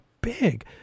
big